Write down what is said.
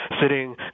sitting